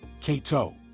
Cato